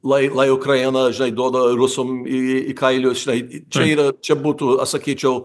lai lai ukraina žinai duoda rusam į į kalius žinai čia yra čia būtų sakyčiau